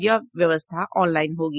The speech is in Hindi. यह व्यवस्था ऑनलाइन होगी